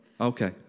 Okay